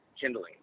kindling